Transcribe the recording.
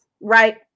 right